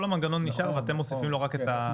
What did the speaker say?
כל המנגנון נשאר ואתם מוסיפים לו רק את ה -- נכון.